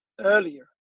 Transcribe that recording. earlier